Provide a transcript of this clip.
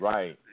Right